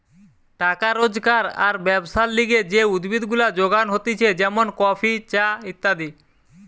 টাকা রোজগার আর ব্যবসার লিগে যে উদ্ভিদ গুলা যোগান হতিছে যেমন কফি, চা ইত্যাদি